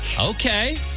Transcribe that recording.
Okay